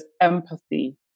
empathy